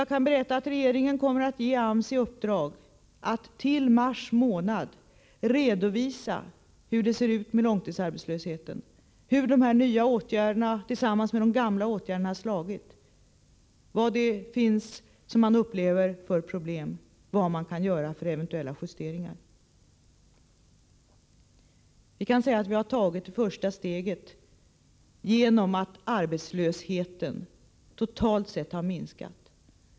Jag kan berätta att regeringen kommer att ge AMS i uppdrag att till mars månad redovisa hur det förhåller sig med långtidsarbetslösheten, hur de nya åtgärderna tillsammans med de gamla åtgärderna har slagit, vad det är som man upplever som problem och vad man kan göra för eventuella justeringar. Vi kan säga att vi har tagit första steget i och med att arbetslösheten totalt sett har minskat.